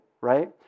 right